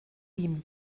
ihm